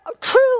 true